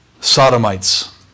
sodomites